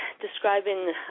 describing